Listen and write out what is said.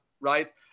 right